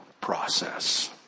process